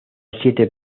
siete